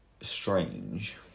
strange